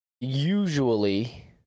Usually